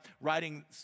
writing